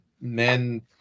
men